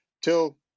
till